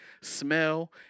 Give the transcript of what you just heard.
smell